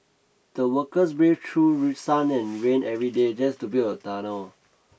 the workers braved through sun and rain every day just to build a tunnel